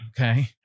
Okay